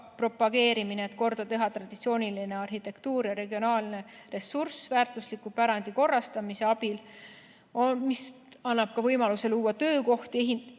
et korda teha traditsiooniline arhitektuur, ja regionaalne ressurss väärtusliku pärandi korrastamise abil, mis annab võimaluse luua töökohti ning